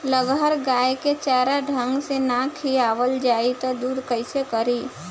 लगहर गाय के चारा ढंग से ना खियावल जाई त दूध कईसे करी